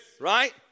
right